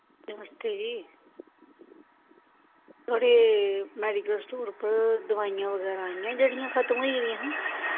नमस्ते जी थुआढ़े medical store उप्पर दोआइयां बगैरा आइयां जेह्ड़ियां खत्म होई दियां हियां